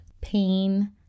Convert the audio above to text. pain